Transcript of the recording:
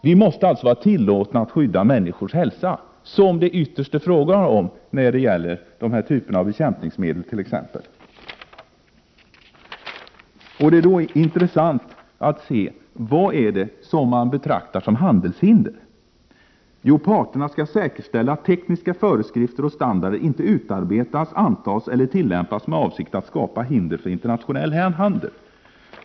Det måste alltså vara tillåtet att skydda människors hälsa, som det ytterst är fråga om när det gäller t.ex. denna typ av bekämpningsmedel. Det är då intressant att se vad som betraktas som handelshinder i överenskommelsen: ”Parterna skall säkerställa att tekniska föreskrifter och standarder inte utarbetas, antas eller tillämpas med avsikt att skapa hinder för internationell handel.